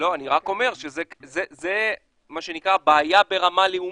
זה בעיה ברמה לאומית.